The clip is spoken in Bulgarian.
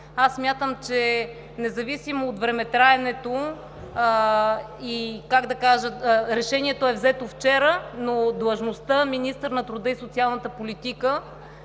Аз смятам, че независимо от времетраенето, решението е взето вчера, но длъжността министър на труда и социалната политика